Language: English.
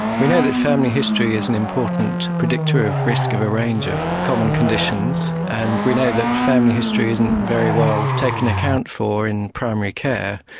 we know that family history is an important predictor of risk of a range of common conditions, and we know that family history isn't very well taken account for in primary care.